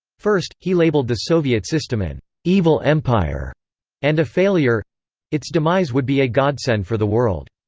first, he labeled the soviet system an evil empire and a failure its demise would be a godsend for the world.